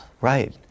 Right